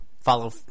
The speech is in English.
follow